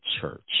church